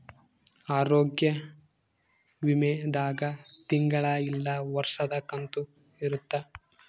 ಆರೋಗ್ಯ ವಿಮೆ ದಾಗ ತಿಂಗಳ ಇಲ್ಲ ವರ್ಷದ ಕಂತು ಇರುತ್ತ